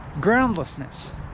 groundlessness